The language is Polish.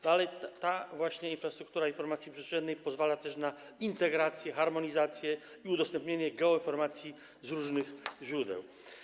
Dalej, ta właśnie infrastruktura informacji przestrzennej pozwala też na integrację, harmonizację i udostępnienie geoinformacji z różnych źródeł.